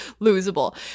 losable